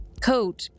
coat